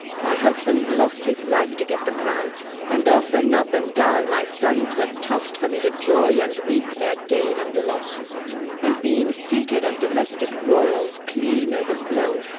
my husband lost his life to get the crown and often up and down my sons were toss'd for me to joy and weep their gain and loss and being seated, and domestic broils clean over-blown,